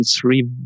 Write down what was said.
three